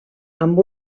amb